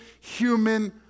human